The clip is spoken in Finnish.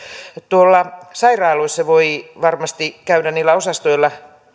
tuolla sairaaloissa voi varmasti käydä niillä osastoilla